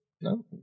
No